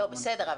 בסדר,